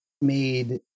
made